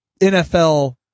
NFL